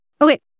Okay